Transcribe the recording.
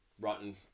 rotten